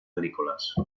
agrícoles